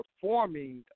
performing